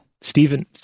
Stephen